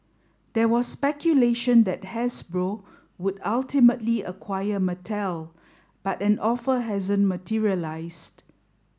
there was speculation that Hasbro would ultimately acquire Mattel but an offer hasn't materialised